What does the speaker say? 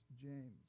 James